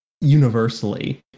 universally